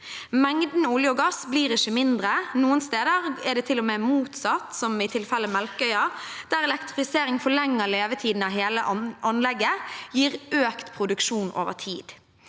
Mengden olje og gass blir ikke mindre. Noen steder er det til og med motsatt, som i tilfellet Melkøya, der elektrifiseringen forlenger levetiden til hele anlegget og gir økt produksjon over tid.